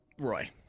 Roy